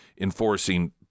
enforcing